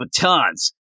batons